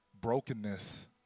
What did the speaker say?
brokenness